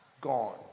Gone